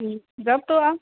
हुँ जब तोँ आ